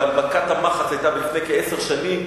אבל מכת המחץ היתה לפני כעשר שנים,